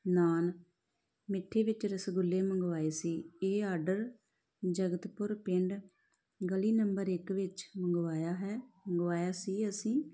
ਨਾਨ ਮਿੱਠੇ ਵਿੱਚ ਰਸਗੁੱਲੇ ਮੰਗਵਾਏ ਸੀ ਇਹ ਆਡਰ ਜਗਤਪੁਰ ਪਿੰਡ ਗਲੀ ਨੰਬਰ ਇੱਕ ਵਿੱਚ ਮੰਗਵਾਇਆ ਹੈ ਮੰਗਵਾਇਆ ਸੀ ਅਸੀਂ